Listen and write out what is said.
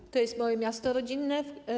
Ełk to jest moje miasto rodzinne.